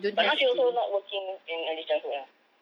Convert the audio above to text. but then now she also not working in early childhood ah